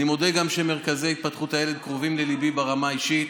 אני מודה גם שמרכזי התפתחות הילד קרובים לליבי ברמה אישית,